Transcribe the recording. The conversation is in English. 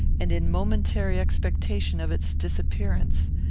and in momentary expectation of its disappearance.